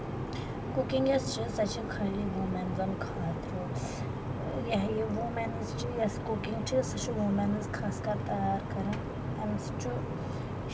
cooking یۄس چھِ سۄ چھےٚ خٲلی وُمینٛزَن خٲطرٕ یہہ یہ وُمیٚنز چھِ یۄس کُکِنٛگ چھِ سۄ چھِ وُمیٚنٕز خاص کَر تَیار کَران اَمہِ سۭتۍ چھُ